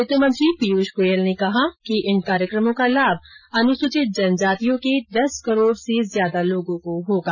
वित्तमंत्री पीयूष गोयल ने कहा कि इन कार्यक्रमों का लाभ अनुसूचित जनजातियों के दस करोड़ से अधिक लोगों को होगा